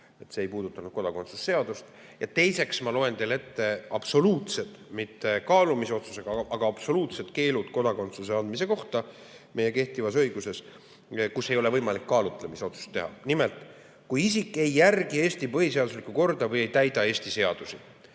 See ei puuduta kodakondsuse seadust. Teiseks, ma loen teile ette absoluutsed keelud – mitte kaalumisotsusega antavad, vaid absoluutsed keelud – kodakondsuse andmise kohta meie kehtivas õiguses. Nendel juhtudel ei ole võimalik kaalutlemisotsust teha. Nimelt, kui isik ei järgi Eesti põhiseaduslikku korda või ei täida Eesti seadusi,